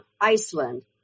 Iceland